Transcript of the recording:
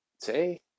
say